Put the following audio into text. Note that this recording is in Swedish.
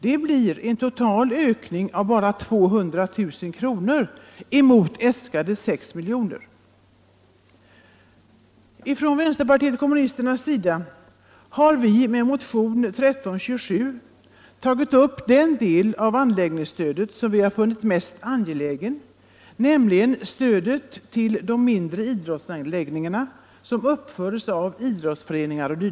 Det blir en total ökning med bara 200 000 kr. mot äskade 6 miljoner. Vänsterpartiet kommunisterna har i motionen 1327 tagit upp den del av anläggningsstödet som vi funnit mest angelägen, nämligen stödet till mindre idrottsanläggningar, som uppförs av idrottsföreningar o. d.